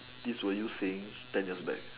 this was you saying ten years back